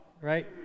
right